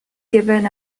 given